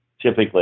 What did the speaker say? typically